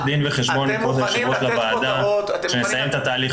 לתת כותרות --- אנחנו נשמח לתת דין וחשבון לוועדה כשנסיים את התהליך,